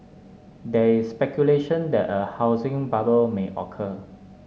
there is speculation that a housing bubble may occur